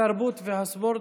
התרבות והספורט